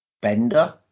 Bender